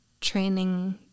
training